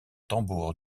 tambour